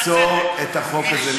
לעצור את החוק הזה.